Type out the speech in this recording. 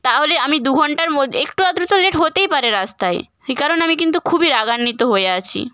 তাহলে আমি দু ঘণ্টার মোদ্ একটু আধটু তো লেট হতেই পারে রাস্তায় এই কারণে আমি কিন্তু খুবই রাগান্বিত হয়ে আছি